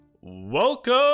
Welcome